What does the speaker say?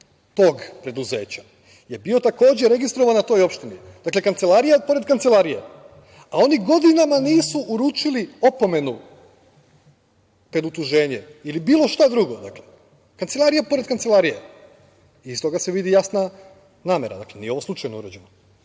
tog preduzeća je bio takođe registrovan na toj opštini. Dakle, kancelarija pored kancelarije, a oni godinama nisu uručili opomenu pred utuženje ili bilo šta drugo. Dakle, kancelarija pored kancelarije i iz toga se vidi jasna namera, nije ovo slučajno urađeno.S